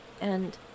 And-